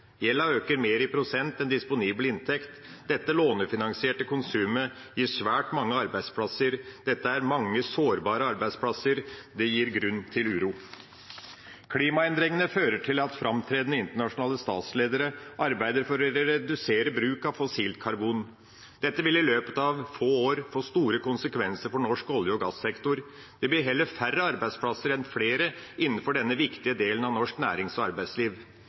Gjelda øker mer i prosent enn disponibel inntekt. Dette lånefinansierte konsumet gir svært mange arbeidsplasser. Dette er mange sårbare arbeidsplasser. Det gir grunn til uro. Klimaendringene fører til at framtredende internasjonale statsledere arbeider for å redusere bruken av fossilt karbon. Dette vil i løpet av få år få store konsekvenser for norsk olje- og gassektor. Det blir heller færre arbeidsplasser enn flere innenfor denne viktige delen av norsk nærings- og arbeidsliv.